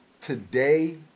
today